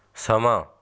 ਸਮਾਂ